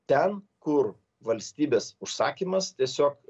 ten kur valstybės užsakymas tiesiog